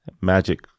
magic